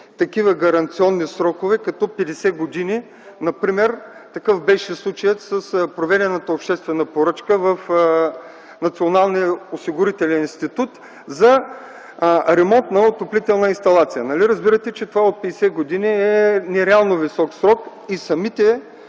високи гаранционни срокове като 50 години например. Такъв беше случаят с проведената обществена поръчка в Националния осигурителен институт за ремонт на отоплителна инсталация. Нали разбирате, че 50 години е нереално висок срок и самата